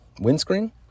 windscreen